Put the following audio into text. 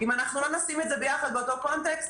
אם אנחנו לא נשים את זה ביחד באותו קונטקסט